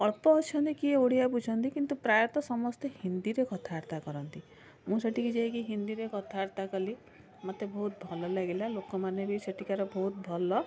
ଅଳ୍ପ ଅଛନ୍ତି କିଏ ଓଡ଼ିଆ ବୁଝନ୍ତି କିନ୍ତୁ ପ୍ରାୟତଃ ସମସ୍ତେ ହିନ୍ଦୀରେ କଥାବାର୍ତ୍ତା କରନ୍ତି ମୁଁ ସେଠିକି ଯାଇକି ହିନ୍ଦୀରେ କଥାବାର୍ତ୍ତା କଲି ମୋତେ ବହୁତ ଭଲ ଲାଗିଲା ଲୋକମାନେ ବି ସେଠିକାର ବହୁତ ଭଲ